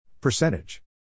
Percentage